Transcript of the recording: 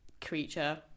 creature